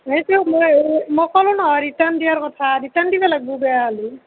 সেইটো মই নকৰোঁ নহয় ৰিটাৰ্ণ দিয়াৰ কথা ৰিটাৰ্ণ দিবা লাগবো বেয়া হ'লি